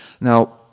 Now